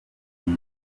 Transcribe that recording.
gihe